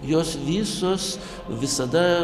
jos visos visada